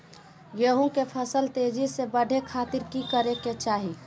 गेहूं के फसल तेजी से बढ़े खातिर की करके चाहि?